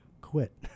quit